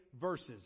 verses